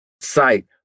sight